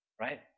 Right